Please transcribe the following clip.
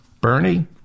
Bernie